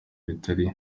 bitari